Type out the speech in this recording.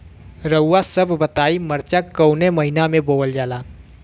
रउआ सभ बताई मरचा कवने महीना में बोवल जाला?